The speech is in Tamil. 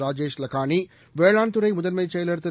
ராஜேஷ் லக்கானி வேளாண்துறை முதன்மைச் செயலர் திரு